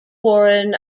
warren